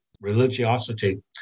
religiosity